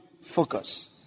focus